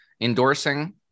endorsing